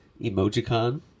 Emojicon